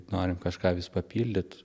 norim kažką vis papildyt